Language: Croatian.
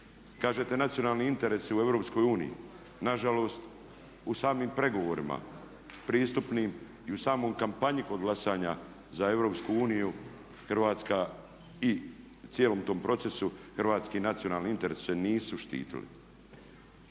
Kažete nacionalni interesi u EU, nažalost u samim pregovorima pristupnim i u samoj kampanji kod glasanja za EU i cijelom tom procesu hrvatski nacionalni interesi se nisu štitili.